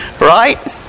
right